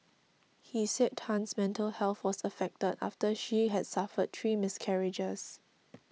he said Tan's mental health was affected after she had suffered three miscarriages